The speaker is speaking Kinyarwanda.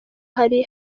hari